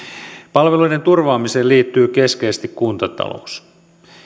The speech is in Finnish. palveluiden turvaamiseen liittyy keskeisesti kuntatalous